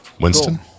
Winston